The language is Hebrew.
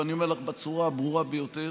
ואני אומר לך בצורה הברורה ביותר